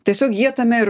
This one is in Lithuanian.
tiesiog jie tame ir